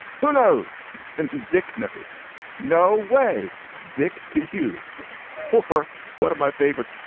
whoknows? and dick knows no way dick to you or one of my favorites.